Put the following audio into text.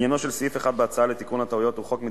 עניינו של סעיף 1 בהצעה לתיקון הטעויות